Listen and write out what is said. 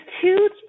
two